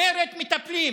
אומרת: מטפלים.